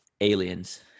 Aliens